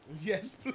Yes